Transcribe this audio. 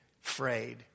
frayed